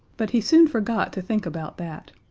but he soon forgot to think about that.